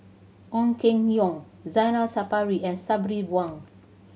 Ong Keng Yong Zainal Sapari and Sabri Buang